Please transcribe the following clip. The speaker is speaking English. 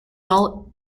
all